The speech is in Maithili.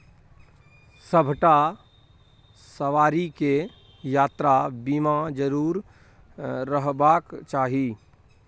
सभटा सवारीकेँ यात्रा बीमा जरुर रहबाक चाही